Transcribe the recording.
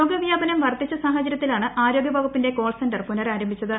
രോഗവ്യാപനം വർദ്ധിച്ച സാഹചര്യത്തിലാണ് ആരോഗ്യ വകുപ്പിന്റെ കോൾസെന്റർ പുനരാരംഭിച്ചത്